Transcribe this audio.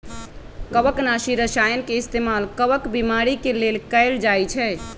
कवकनाशी रसायन के इस्तेमाल कवक बीमारी के लेल कएल जाई छई